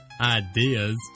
ideas